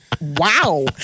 Wow